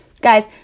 guys